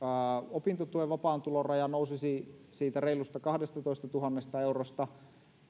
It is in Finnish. opintotuen vapaan tulon raja nousisi siitä reilusta kahdestatoistatuhannesta eurosta